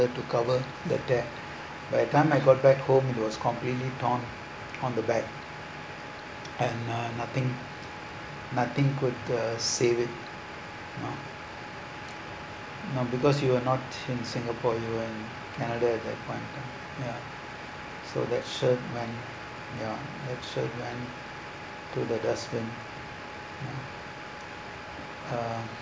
to cover the tear but at time I got back home it was completely thorn on the back and uh nothing nothing could uh save it you know you know because you were not in singapore you were in canada that one time ya so that shirt went ya that shirt went to the dustbin ya uh